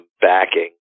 backing